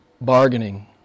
bargaining